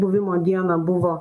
buvimo dieną buvo